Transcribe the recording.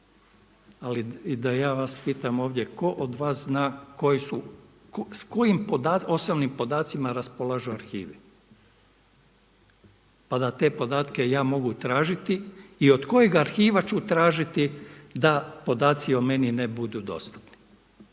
Ali i da ja vas pitam ovdje, tko od vas zna koji su, s kojim osobnim podacima raspolažu arhivi pa da te podatke ja mogu tražiti i od kojeg arhiva ću tražiti da podaci o meni ne budu dostupni.